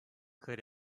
could